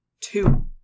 Two